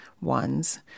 ones